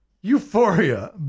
Euphoria